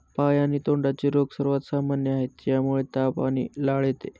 पाय आणि तोंडाचे रोग सर्वात सामान्य आहेत, ज्यामुळे ताप आणि लाळ येते